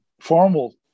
formal